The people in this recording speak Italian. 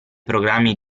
programmi